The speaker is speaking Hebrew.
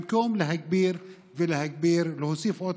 במקום להגביר ולהגביר ולהוסיף עוד